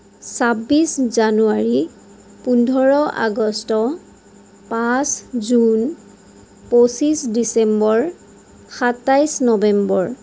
ছাব্বিছ জানুৱাৰী পোন্ধৰ আগষ্ট পাঁচ জুন পচিঁশ ডিচেম্বৰ সাতাইছ নৱেম্বৰ